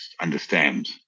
understand